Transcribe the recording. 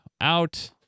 out